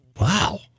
Wow